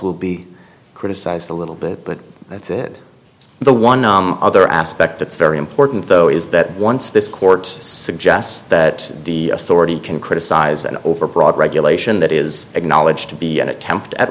will be criticized a little bit but that's it the one other aspect that's very important though is that once this court suggests that the authority can criticize an overbroad regulation that is acknowledged to be an attempt at